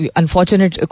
unfortunate